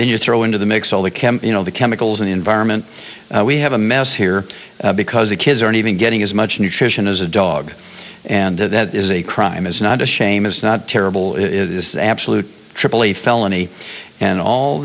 when you throw into the mix all the camp you know the chemicals in the environment we have a mess here because the kids aren't even getting as much nutrition as a dog and that is a crime is not a shame is not terrible it is the absolute triple a felony and all